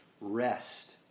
rest